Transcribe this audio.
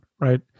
right